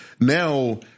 now